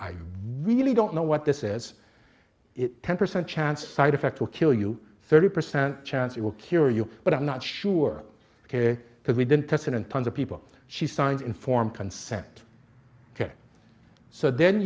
i really don't know what this is it ten percent chance side effects will kill you thirty percent chance it will cure you but i'm not sure ok because we didn't test and tons of people she signed informed consent ok so then